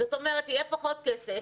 זאת אומרת יהיה פחות כסף